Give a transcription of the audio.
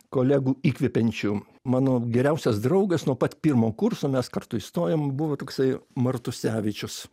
kolegų įkvepiančių mano geriausias draugas nuo pat pirmo kurso mes kartu įstojom buvo toksai martusevičius